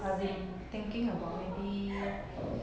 I've been thinking about maybe